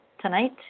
tonight